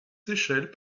seychelles